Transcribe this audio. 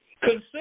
consider